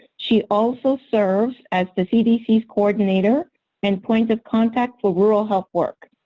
she also serves as the cdc's coordinator and point of contact for rural health work.